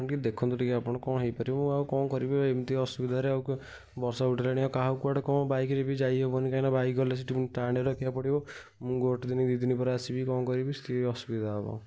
ଟିକେ ଦେଖନ୍ତୁ ଟିକେ ଆପଣ କ'ଣ ହେଇପାରିବ ଆଉ କ'ଣ କରିବି ଏମିତି ଅସୁବିଧାରେ ଆଉ ବର୍ଷା ଉଠାଇଲାଣି ଆଉ କାହାକୁ କୁଆଡ଼େ କ'ଣ ବାଇକ୍ ରେ ବି ଯାଇହେବନି କାହିଁକିନା ବାଇକ୍ ଗଲେ ସେଇଠି ଷ୍ଟାଣ୍ଡରେ ରଖିବାକୁ ପଡ଼ିବ ମୁଁ ଗୋଟେ ଦିନି ଦୁଇଦିନି ପରେ ଆସିବି କ'ଣ କରିବି ସିଏ ଅସୁବିଧା ହବ